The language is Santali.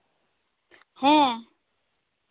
ᱦᱮᱸ